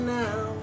now